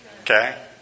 okay